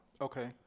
Okay